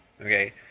Okay